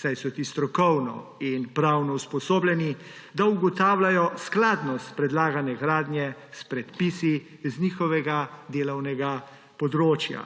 saj so ti strokovno in pravno usposobljeni, da ugotavljajo skladnost predlagane gradnje s predpisi z njihovega delovnega področja.